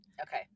okay